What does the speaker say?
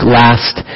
last